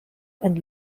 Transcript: and